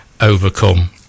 overcome